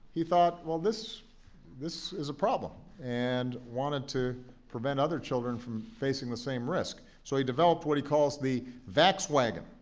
he thought, well, this this is a problem, and wanted to prevent other children from facing the same risk. so he developed what he calls the vaxxwagon,